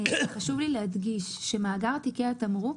חשוב לי להדגיש שמאגר תיקי התמרוק